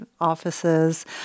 offices